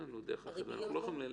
קיים.